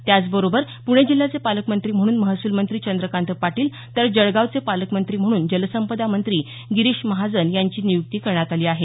त्याचबरोबर याचबरोबर पुणे जिल्ह्याचे पालकमंत्री म्हणून महसूलमंत्री चंद्रकांत पाटील तर जळगावचे पालकमंत्री म्हणून जलसंपदा मंत्री गिरीश महाजन यांची नियुक्ती करण्यात आली आहे